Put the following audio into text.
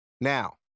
Now